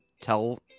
tell